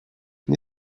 nie